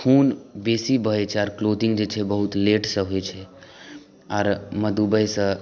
खून बेसी बहै छै आर क्लॉटिंग जे छै बहुत लेटसँ होइ छै आर मधुमेहसँ